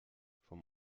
vom